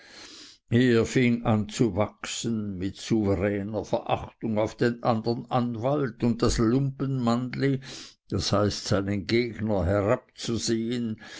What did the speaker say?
er fing an zu wachsen mit souveräner verachtung auf den andern anwalt und das lumpenmannli das heißt seinen gegner herabzusehen